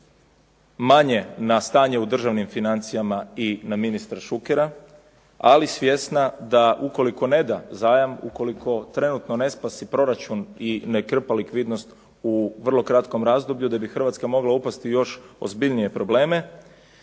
manje na stanje u državnim financijama i na ministra Šukera ali svjesna da ukoliko neda zajam, ukoliko trenutno ne spasi proračun i ne krpa likvidnost u vrlo kratkom razdoblju da bi Hrvatska mogla upasti u još ozbiljnije probleme